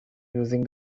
using